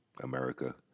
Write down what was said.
America